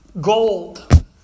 gold